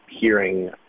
hearing